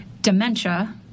dementia